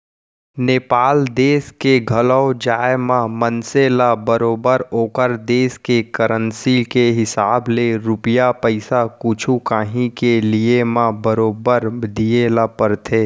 नेपाल देस के घलौ जाए म मनसे ल बरोबर ओकर देस के करेंसी के हिसाब ले रूपिया पइसा कुछु कॉंही के लिये म बरोबर दिये ल परथे